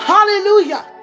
Hallelujah